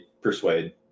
persuade